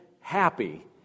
happy